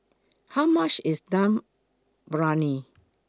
How much IS Dum Briyani